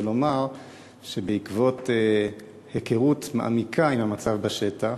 ולומר שבעקבות היכרות מעמיקה עם המצב בשטח,